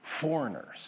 foreigners